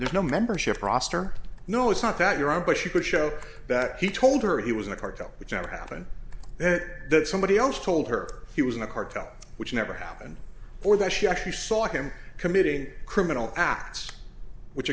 there's no membership roster no it's not that you're on but you could show that he told her he was a cartel which never happened that somebody else told her he was in a carto which never happened or that she actually saw him committing criminal acts which